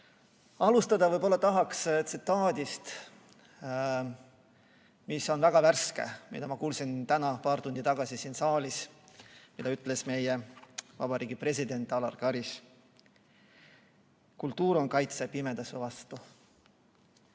Alustada tahaks tsitaadist, mis on väga värske – ma kuulsin seda täna paar tundi tagasi siin saalis, nii ütles meie vabariigi president Alar Karis. "Kultuur on kaitse pimeduse vastu."